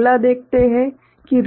अगला देखते हैं कि